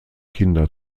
kinder